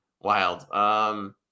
wild